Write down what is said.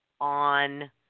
on